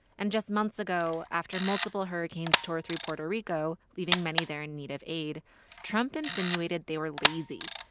and just months ago after multiple hurricanes tore through puerto rico leaving many there in need of aid trump insinuated they were lazy.